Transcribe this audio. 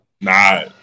Nah